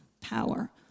power